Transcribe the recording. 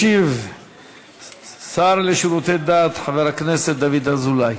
ישיב השר לשירותי דת חבר הכנסת דוד אזולאי.